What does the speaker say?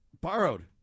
borrowed